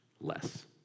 less